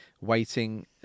waiting